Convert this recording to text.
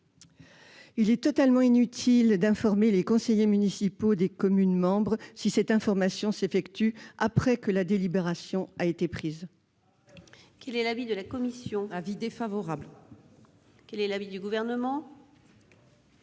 Il est totalement inutile d'informer les conseillers municipaux des communes membres si cette information a lieu après que la délibération a été prise. Quel est l'avis de la commission ? Avis défavorable. Quel est l'avis du Gouvernement ?